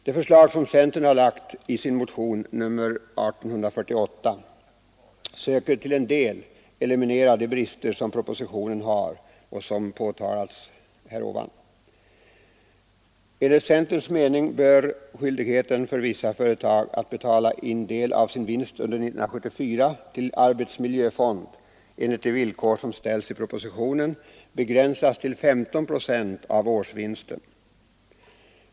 Det förslag som centern har lagt i sin motion nr 1848 söker till en del eliminera de brister i propositionen som jag här har påtalat. Enligt centerns mening bör skyldigheten för vissa företag att betala in del av sin vinst under 1974 till arbetsmiljöfond, enligt de villkor som ställs i propositionen, begränsas till 15 procent av årsvinsten.